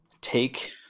take